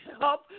help